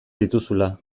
dituzula